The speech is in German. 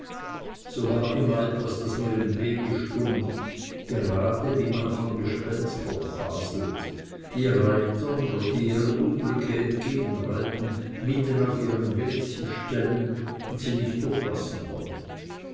so war immer etwas das mir im wege stund gerade wie man von gespenstern faselt die reitern welche ihrem unglück entgegen reiten mitten auf ihren weg sich stellen und sie nicht durchlassen wollen